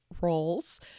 roles